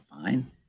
fine